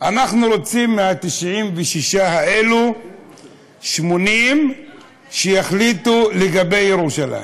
אנחנו רוצים מה-96 האלה 80 שיחליטו לגבי ירושלים.